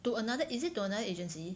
to another is it to another agency